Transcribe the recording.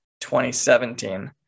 2017